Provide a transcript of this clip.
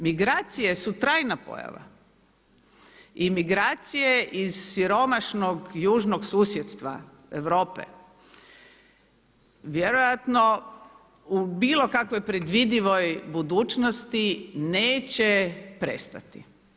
Migracije su trajna pojava, imigracije iz siromašnog južnog susjedstva Europe vjerojatno u bilo kakvoj predvidivoj budućnosti neće prestati.